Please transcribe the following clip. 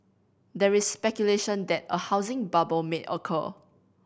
there is speculation that a housing bubble may occur